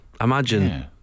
Imagine